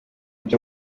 byo